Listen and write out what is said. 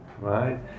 right